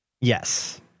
Yes